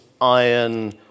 iron